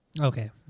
Okay